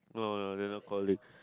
no no no they are not colleague